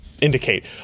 indicate